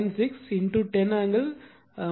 96 10 angle 90 degree ஆகும்